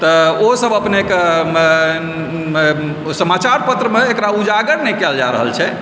तऽ ओसब अपनेके समाचार पत्रमे एकरा उजागर नहि कयल जा रहल छै